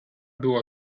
była